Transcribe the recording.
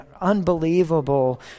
unbelievable